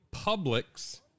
Publix